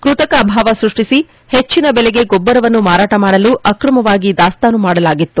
ಕೃತಕ ಅಭಾವ ಸೃಷ್ಟಿಸಿ ಹೆಚ್ಚಿನ ದೆಲೆಗೆ ಗೊಬ್ಬರವನ್ನು ಮಾರಾಟ ಮಾಟಲು ಅಕ್ರಮವಾಗಿ ದಾಸ್ತಾನು ಮಾಡಲಾಗಿತ್ತು